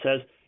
says